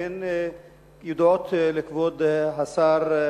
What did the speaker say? שהן ידועות לכבוד השר,